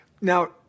Now